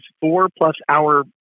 four-plus-hour